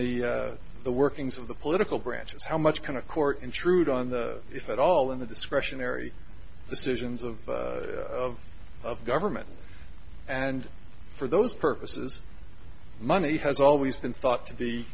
the the workings of the political branches how much can a court intrude on the if at all in the discretionary decisions of of of government and for those purposes money has always been thought to be